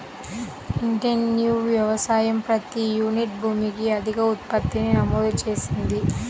intensive వ్యవసాయం ప్రతి unit భూమికి అధిక ఉత్పత్తిని నమోదు చేసింది